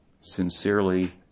Sincerely